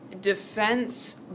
defense